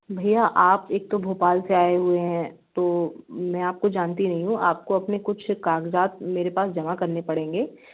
भईया आप एक तो भोपाल से आए हुए हैं तो मैं आपको जानती नहीं हूँ आपको अपने कुछ कागज़ात मेरे पास जमा करने पड़ेंगे